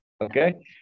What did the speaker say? okay